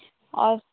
और